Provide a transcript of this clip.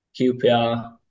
qpr